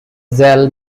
zell